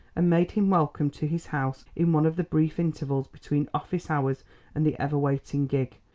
and made him welcome to his house in one of the brief intervals between office hours and the ever-waiting gig,